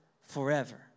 forever